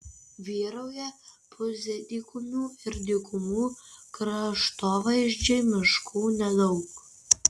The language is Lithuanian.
vyrauja pusdykumių ir dykumų kraštovaizdžiai miškų nedaug